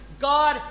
God